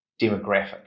demographic